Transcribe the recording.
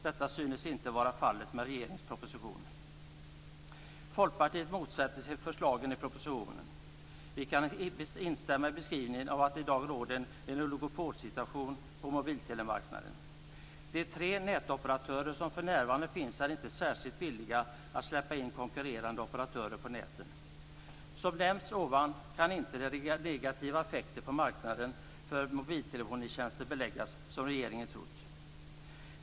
Detta synes inte vara fallet med regeringens proposition. Folkpartiet motsätter sig förslagen i propositionen. Vi kan instämma i beskrivningen av att det i dag råder en oligopolsituation på mobiltelemarknaden. De tre nätoperatörer som för närvarande finns är inte särskilt villiga att släppa in konkurrerande operatörer på näten. Som nämnts tidigare kan inte de negativa effekterna på marknaden för mobiltelefonitjänster beläggas som regeringen har trott.